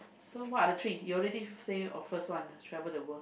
so what are the three you already said of first one travel the world